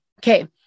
Okay